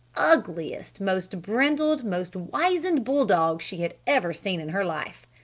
ugliest, most brindled, most wizened bull dog she had ever seen in her life.